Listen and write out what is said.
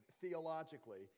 theologically